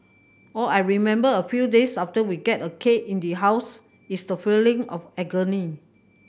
all I remember a few days after we get a cake in the house is the feeling of agony